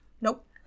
Nope